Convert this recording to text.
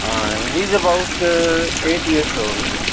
he is about eight years old